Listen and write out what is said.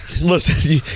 listen